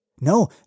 No